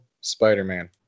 Spider-Man